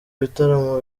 ibitaramo